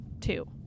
Two